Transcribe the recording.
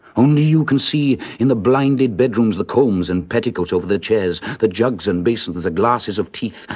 only you can see, in the blinded bedrooms, the coms and petticoats over the chairs, the jugs and basins, the the glasses of teeth,